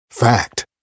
Fact